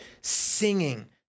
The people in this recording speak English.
singing